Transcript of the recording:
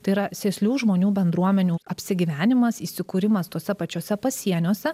tai yra sėslių žmonių bendruomenių apsigyvenimas įsikūrimas tose pačiose pasieniuose